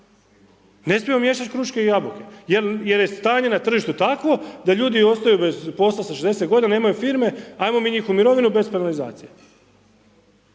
Ne smijemo miješati kruške i jabuke jer stanje na tržištu tako da ljudi ostaju bez posla sa 60 g., imaju firme, ajmo mi njih u mirovinu bez penalizacije.